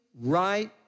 right